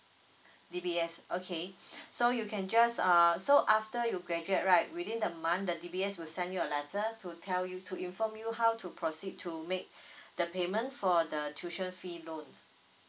D_B_S okay so you can just uh so after you graduate right within a month the D_B_S wIll send you a letter to tell you to inform you how to proceed to make the payment for the tuition fee loan